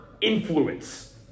influence